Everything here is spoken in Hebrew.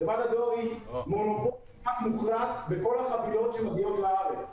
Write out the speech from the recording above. חברת הדואר היא מונופול כמעט מוחלט בכל החבילות שמגיעות לארץ,